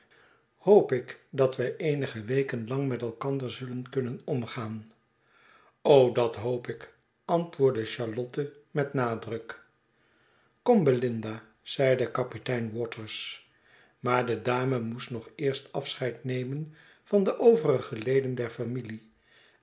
hoop ik dat wij eenige weken lang met elkander zullen kunnen omgaan dat hoop ik antwoordde charlotte met nadruk kom belinda zeide kapitein waters maar de dame moest nog eerst afscheid nemen van de overige leden der familie